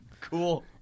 Cool